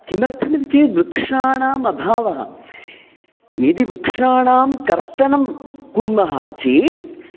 किमर्थमिति चेत् वृक्षाणाम् अभावः यदि वृक्षाणां कर्तनं कुर्मः चेत्